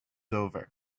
over